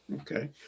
Okay